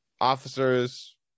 Officers